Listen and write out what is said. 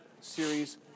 series